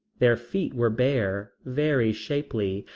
their feet were bare, very shapely,